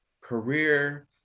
career